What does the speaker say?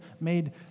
made